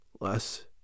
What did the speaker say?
less